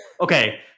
okay